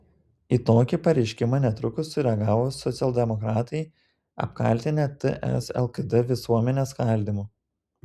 į tokį pareiškimą netrukus sureagavo socialdemokratai apkaltinę ts lkd visuomenės skaldymu